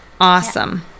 Awesome